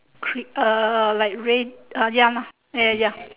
creep uh like rain uh ya ya ya ya